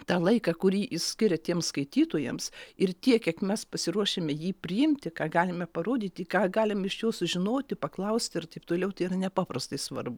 tą laiką kurį skiria tiems skaitytojams ir tiek kiek mes pasiruošime jį priimti ką galime parodyti ką galime iš jo sužinoti paklausti ir taip toliau tai yra nepaprastai svarbu